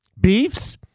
beefs